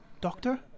doctor